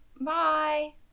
Bye